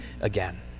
again